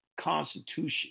Constitution